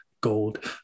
gold